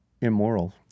Immoral